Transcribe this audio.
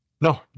No